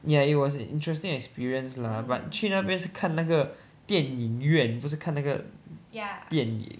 ya it was an interesting experience lah but 去那边是看那个电影院不是看那个电影